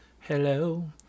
Hello